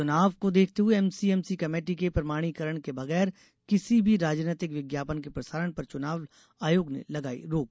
चुनाव को देखते हुए एमसीएमसी कमेटी के प्रमाणीकरण के बगैर किसी भी राजनीतिक विज्ञापन के प्रसारण पर चुनाव आयोग ने लगाई रोक